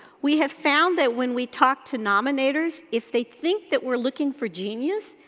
we have found that when we talk to nominators, if they think that we're looking for genius,